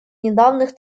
недавних